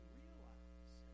realize